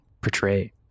portray